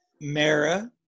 Mara